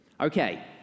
Okay